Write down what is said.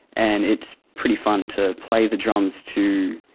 and it's pretty fun to play the drums to